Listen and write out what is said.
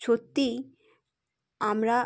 সত্যি আমরা